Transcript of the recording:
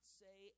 say